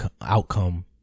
outcome